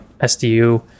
SDU